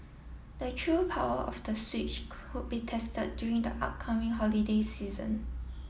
the true power of the Switch could be tested during the upcoming holiday season